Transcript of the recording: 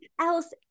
else